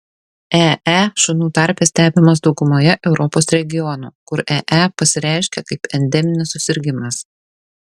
ee šunų tarpe stebimas daugumoje europos regionų kur ee pasireiškia kaip endeminis susirgimas